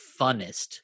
funnest